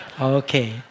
Okay